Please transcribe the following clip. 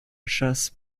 chasse